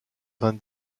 vingt